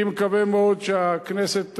אני מקווה מאוד שהכנסת,